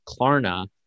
Klarna